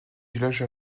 village